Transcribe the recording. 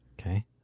Okay